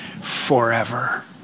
forever